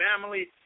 family